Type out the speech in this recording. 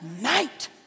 Night